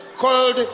called